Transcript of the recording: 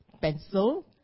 pencil